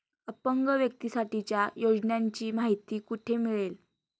अपंग व्यक्तीसाठीच्या योजनांची माहिती कुठे मिळेल?